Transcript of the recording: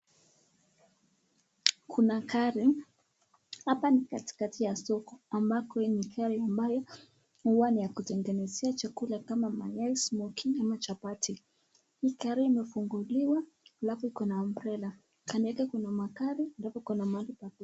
Kuna gari, hapa ni katikati ya soko ambapo hii ni gari ambayo huwa ni ya kutengenezia chakula kama mayai, simoki ama chapati , hii gari imefunguliwa alfu kuna ambrela, kando yake kuna magari alfu kuna mahali pa kuweka.